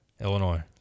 Illinois